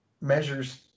Measures